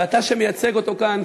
ואתה שמייצג אותו כאן,